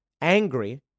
angry